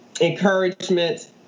encouragement